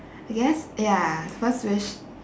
I guess ya first wish